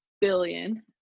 billion